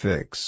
Fix